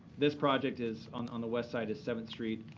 this project is on on the west side of seventh street,